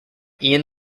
ian